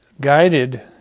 guided